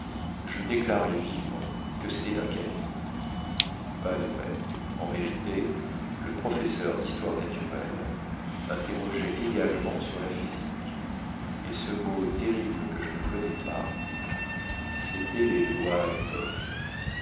je déclarai vivement que cétait un caillou pas de veine en vérité le professeur dhistoire naturelle interrogeait également sur la physique et ce mot terrible que je ne connais pas cétait les lois